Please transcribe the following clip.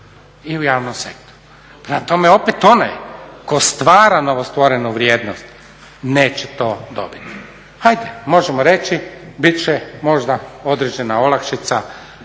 i u javnom sektoru. Prema tome, opet onaj tko stvara novostvorenu vrijednost neće to dobiti. Ajde, možemo reći bit će možda određena olakšica